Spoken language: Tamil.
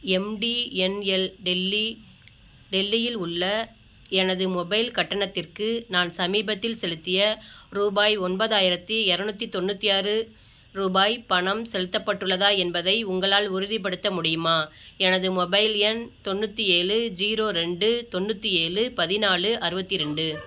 எம்டிஎன்எல் டெல்லி டெல்லியில் உள்ள எனது மொபைல் கட்டணத்திற்கு நான் சமீபத்தில் செலுத்திய ரூபாய் ஒன்பதாயிரத்தி இரநூத்தி தொண்ணூற்றி ஆறு ரூபாய் பணம் செலுத்தப்பட்டுள்ளதா என்பதை உங்களால் உறுதிப்படுத்த முடியுமா எனது மொபைல் எண் தொண்ணூற்றி ஏழு ஜீரோ ரெண்டு தொண்ணூற்றி ஏழு பதினாழு அறுபத்தி ரெண்டு